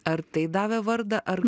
ar tai davė vardą ar